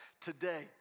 today